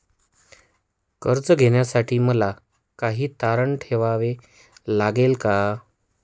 कर्ज घेण्यासाठी मला काही तारण ठेवावे लागेल का?